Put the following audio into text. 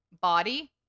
Body